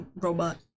robot